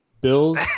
Bills